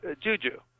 Juju